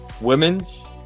women's